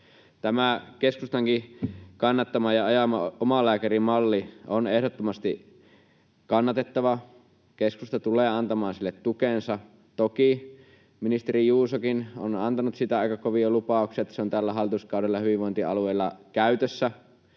Tämä keskustankin kannattama ja ajama omalääkärimalli on ehdottomasti kannatettava. Keskusta tulee antamaan sille tukensa. Toki ministeri Juusokin on antanut siitä aika kovia lupauksia, että se on tällä hallituskaudella hyvinvointialueilla käytössä,